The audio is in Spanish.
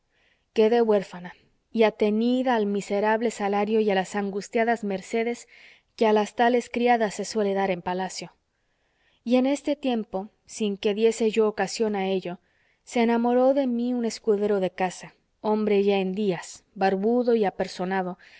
quedé huérfana y atenida al miserable salario y a las angustiadas mercedes que a las tales criadas se suele dar en palacio y en este tiempo sin que diese yo ocasión a ello se enamoró de mi un escudero de casa hombre ya en días barbudo y apersonado